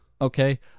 Okay